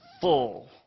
full